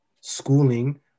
schooling